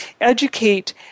educate